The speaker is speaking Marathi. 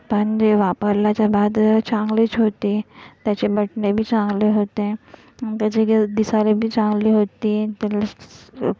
पण जे वापरल्याच्या बाद चांगलेच होती त्याचे बटणे बी चांगले होते त्याचे दिसायला बी चांगले होती आणि त्याला